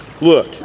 Look